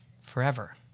forever